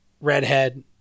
Redhead